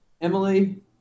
emily